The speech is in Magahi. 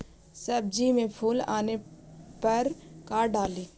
सब्जी मे फूल आने पर का डाली?